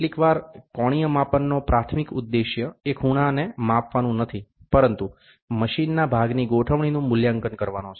કેટલીકવાર કોણીય માપનનો પ્રાથમિક ઉદ્દેશ એ ખૂણાને માપવાનું નથી પરંતુ મશીનના ભાગની ગોઠવણીનું મૂલ્યાંકન કરવાનો છે